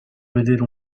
vedere